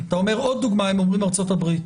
אתה אומר עוד דוגמה הם אומרים ארצות-הברית.